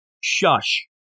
Shush